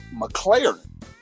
McLaren